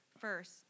first